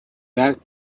back